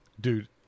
dude